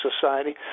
society